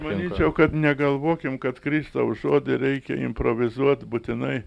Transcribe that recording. manyčiau kad negalvokim kad kristaus žodį reikia improvizuot būtinai